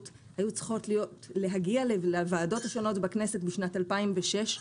היו צריכות להגיע לוועדות השונות בכנסת בשנת 2006,